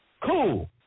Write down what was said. cool